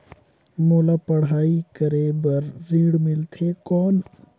मोला पढ़ाई करे बर ऋण मिलथे कौन?